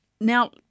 Now